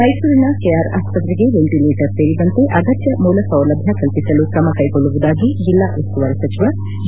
ಮ್ನುಸೂರಿನ ಕೆಆರ್ಆಸ್ತ್ರೆಗೆ ವೆಚಟಿಲೇಟರ್ ಸ್ಲೆಂದಂತೆ ಆಗತ್ಯ ಮೂಲಸೌಲಭ್ಯ ಕಲ್ಲಿಸಲು ಕ್ರಮ ಕೈಗೊಳ್ಳುವುದಾಗಿ ಜಿಲ್ಲಾ ಉಸ್ತುವಾರಿ ಸಚಿವ ಜ